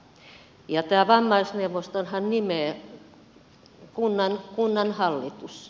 tämän vammaisneuvostonhan nimeää kunnanhallitus